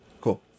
Cool